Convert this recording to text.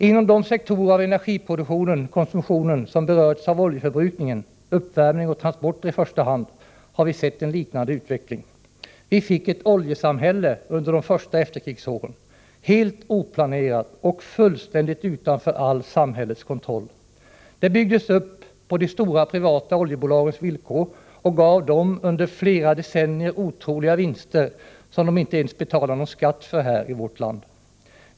Inom de sektorer av energiproduktionen/konsumtionen som berörts av oljeförbrukningen — uppvärmning och transporter i första hand — har vi sett en liknande utveckling. Vi fick ett oljesamhälle under de första efterkrigsåren, helt oplanerat och fullständigt utanför all samhällets kontroll. Det byggdes upp på de stora privata oljebolagens villkor och gav dessa under flera decennier otroliga vinster, som de inte ens betalade någon skatt för här i vårt land.